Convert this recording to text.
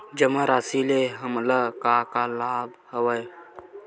जमा राशि ले हमला का का लाभ हवय?